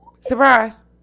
Surprise